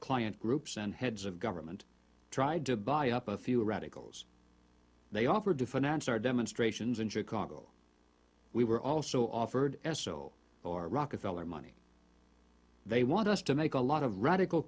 client groups and heads of government tried to buy up a few radicals they offered to finance our demonstrations in chicago we were also offered esso or rockefeller money they want us to make a lot of radical